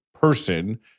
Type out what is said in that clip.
person